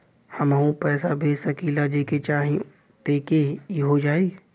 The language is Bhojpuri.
हमहू पैसा भेज सकीला जेके चाही तोके ई हो जाई?